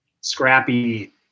scrappy